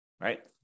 right